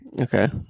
Okay